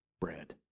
bread